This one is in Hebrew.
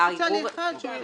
עובד סוציאלי אחד שישב בוועדה.